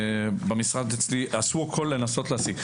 במשרד אצלי עשו הכול כדי לנסות להשיג.